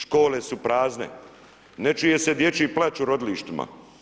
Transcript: Škole su prazne, ne čuje se dječji plać u rodilištima.